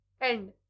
End